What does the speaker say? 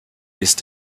ist